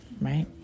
right